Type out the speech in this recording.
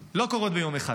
לא קורות ביום אחד,